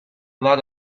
lot